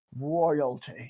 Royalty